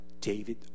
David